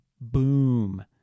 Boom